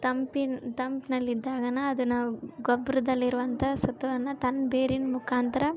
ತಂಪಿನ ತಂಪ್ನಲ್ಲಿದ್ದಾಗನಾ ಅದನ್ನ ಗೊಬ್ರದಲ್ಲಿರುವಂಥಾ ಸತ್ವನ ತನ್ನ ಬೇರಿನ ಮುಖಾಂತರ